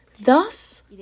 Thus